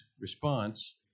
response